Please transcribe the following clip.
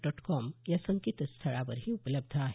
dot com या संकेतस्थळावरही उपलब्ध आहे